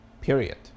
period